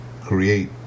create